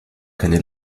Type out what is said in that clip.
keine